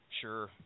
sure